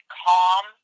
calm